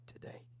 today